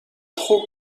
خوب